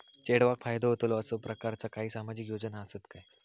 चेडवाक फायदो होतलो असो प्रकारचा काही सामाजिक योजना असात काय?